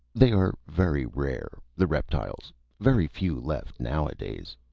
they are very rare, the reptiles very few left, now-a-days.